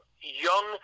young